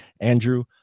Andrew